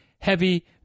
heavy